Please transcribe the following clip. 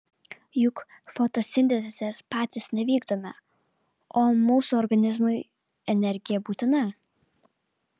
juk fotosintezės patys nevykdome o mūsų organizmui energija būtina